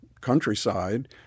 countryside